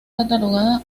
catalogado